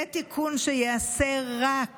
זה תיקון שייעשה רק